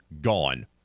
gone